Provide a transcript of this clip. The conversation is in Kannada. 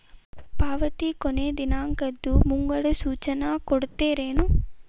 ಪಾವತಿ ಕೊನೆ ದಿನಾಂಕದ್ದು ಮುಂಗಡ ಸೂಚನಾ ಕೊಡ್ತೇರೇನು?